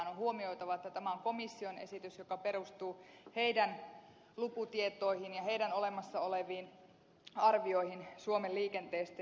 on huomioitava että tämä on komission esitys joka perustuu heidän lukutietoihinsa ja heidän olemassa oleviin arvioihinsa suomen liikenteestä